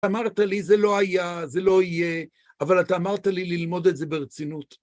אמרת לי זה לא היה, זה לא יהיה, אבל אתה אמרת לי ללמוד את זה ברצינות.